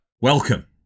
Welcome